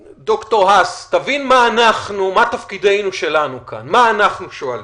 האס, תבין מה תפקידנו שלנו כאן, מה אנחנו שואלים.